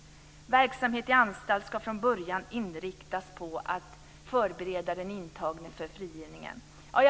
Verksamheten i anstalt ska från början inriktas på att förbereda den intagne för frigivningen."